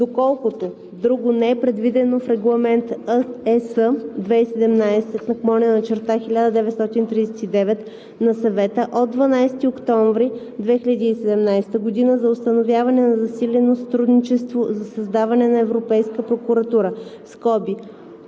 доколкото друго не е предвидено в Регламент (ЕС) 2017/1939 на Съвета от 12 октомври 2017 г. за установяване на засилено сътрудничество за създаване на Европейска прокуратура (ОВ,